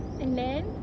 and then